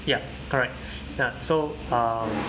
ya correct ya so um